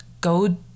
Go